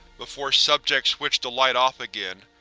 before subject switched the light off again,